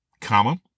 comma